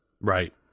right